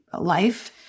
life